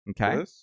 okay